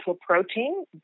protein